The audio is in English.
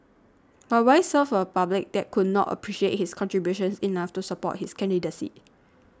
but why serve a public that could not appreciate his contributions enough to support his candidacy